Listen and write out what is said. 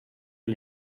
que